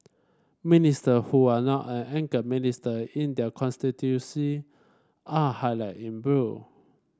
minister who are not an anchor minister in their constituency are highlighted in blue